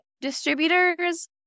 distributors